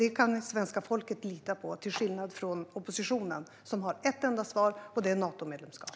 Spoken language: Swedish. Det kan svenska folket lita på, till skillnad från oppositionen, som har ett enda svar: Natomedlemskap.